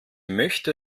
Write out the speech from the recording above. möchte